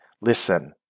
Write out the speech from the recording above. listen